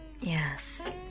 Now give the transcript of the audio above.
Yes